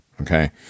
Okay